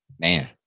Man